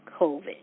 COVID